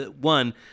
one